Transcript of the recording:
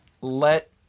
let